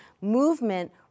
movement